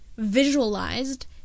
visualized